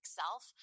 self